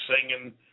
singing